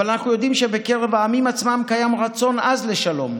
אבל אנחנו יודעים שבקרב העמים עצמם קיים רצון עז לשלום,